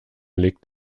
liegt